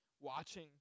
watching